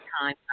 time